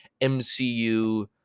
MCU